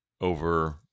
over